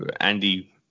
Andy